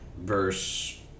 verse